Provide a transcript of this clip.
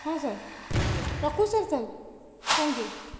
ହଁ ସାର୍ ରଖୁଛି ସାର୍ ତା'ହେଲେ ଥ୍ୟାଙ୍କ ୟୁ